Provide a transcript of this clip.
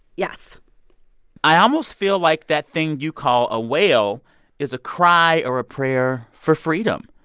yes i almost feel like that thing you call a wail is a cry or a prayer for freedom.